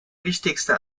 wichtigste